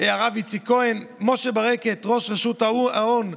הרב איציק כהן, למשה ברקת, ראש רשות ההון,